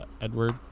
Edward